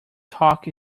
talk